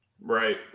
right